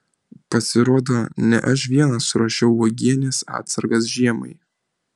pasirodo ne aš vienas ruošiau uogienės atsargas žiemai